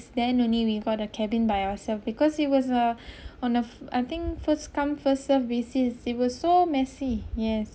then only we got a cabin by ourselves because it was uh on uh I think first come first served basis they were so messy yes